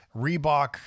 Reebok